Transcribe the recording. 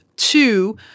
Two